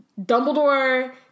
Dumbledore